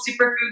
superfood